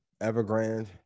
Evergrande